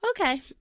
okay